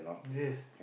this